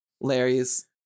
Larry's